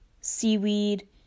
seaweed